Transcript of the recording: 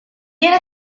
era